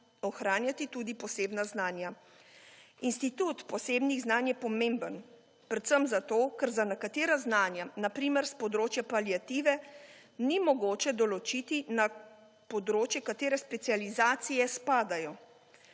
ohranjati tudi posebna znanja. Institut posebnih znanj je pomemben predvsem, zato ker za nekatera znanja na primer s področja paliative ni mogoče določiti področje, katere specializacije spadajo.